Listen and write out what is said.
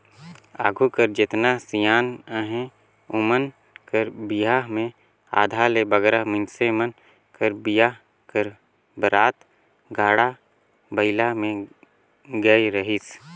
आघु कर जेतना सियान अहे ओमन कर बिहा मे आधा ले बगरा मइनसे मन कर बिहा कर बरात गाड़ा बइला मे गए रहिस